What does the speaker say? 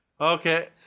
okay